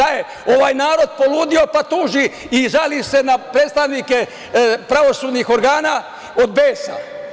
Ovaj narod poludio pa tuži i žali se na predstavnike pravosudnih organa od besa?